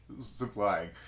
supplying